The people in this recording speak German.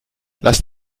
lass